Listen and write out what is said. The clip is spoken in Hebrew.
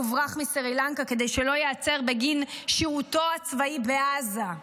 הוברח מסרי לנקה כדי שלא ייעצר בגין שירותו הצבאי בעזה.